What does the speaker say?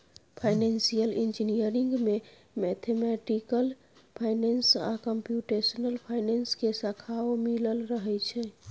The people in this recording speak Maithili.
फाइनेंसियल इंजीनियरिंग में मैथमेटिकल फाइनेंस आ कंप्यूटेशनल फाइनेंस के शाखाओं मिलल रहइ छइ